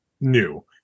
new